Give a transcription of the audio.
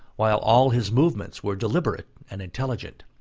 while all his movements were deliberate and intelligent.